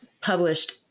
published